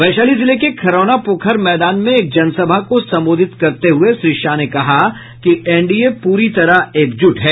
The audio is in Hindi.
वैशाली जिले के खरौना पोखर मैदान में एक जनसभा को संबोधित करते हुए श्री शाह ने कहा कि एनडीए पूरी तरह एकजुट है